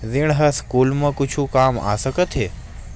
ऋण ह स्कूल मा कुछु काम आ सकत हे?